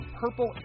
Purple